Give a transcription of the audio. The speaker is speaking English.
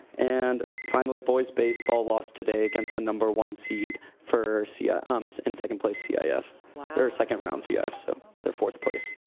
and finally, boys' baseball lost today against the number one seed for ah um so and second place yeah yeah cif. or second round cif, so. they're fourth place.